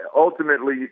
ultimately